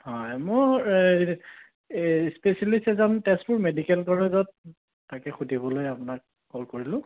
হয় মোৰ এই এই স্পেচিয়েলিষ্ট এজন তেজপুৰ মেডিকেল কলেজত তাকে সুধিবলৈ আপোনাক কল কৰিলোঁ